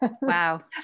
Wow